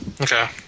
Okay